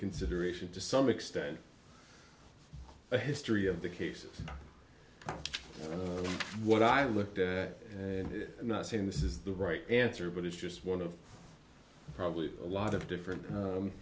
consideration to some extent the history of the cases what i looked at and i'm not saying this is the right answer but it's just one of probably a lot of different